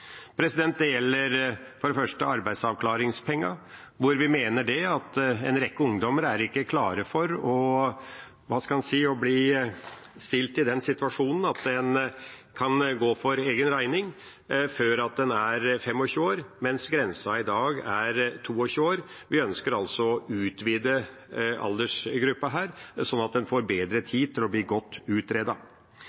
Det gjelder for det første arbeidsavklaringspengene. Vi mener at en rekke ungdommer ikke er klare for å – hva skal en si – bli stilt i den situasjonen at en før en er 25 år, kan gå for egen regning, mens grensa i dag er 22 år. Vi ønsker altså å utvide aldersgruppa her, slik at de får bedre